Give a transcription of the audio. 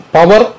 Power